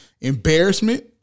embarrassment